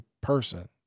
person